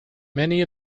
many